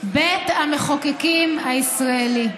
בבית המחוקקים הישראלי."